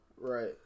Right